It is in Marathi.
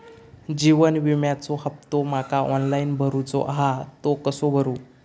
जीवन विम्याचो हफ्तो माका ऑनलाइन भरूचो हा तो कसो भरू?